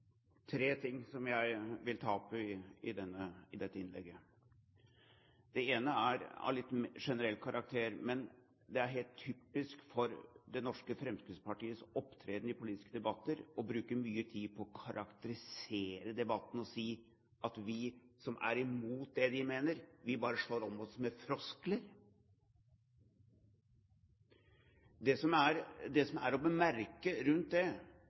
litt generell karakter. Det er helt typisk for det norske Fremskrittspartiets opptreden i politiske debatter å bruke mye tid på å karakterisere debatten og si at vi som er imot det de mener, bare slår rundt oss med floskler. Det som er å bemerke rundt det